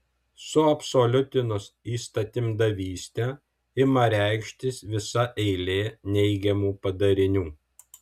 suabsoliutinus įstatymdavystę ima reikštis visa eilė neigiamų padarinių